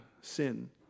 sin